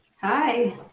hi